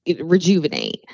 rejuvenate